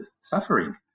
suffering